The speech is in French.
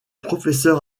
professeur